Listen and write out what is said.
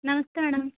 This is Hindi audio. नमस्ते मैडम